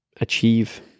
achieve